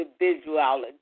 individuality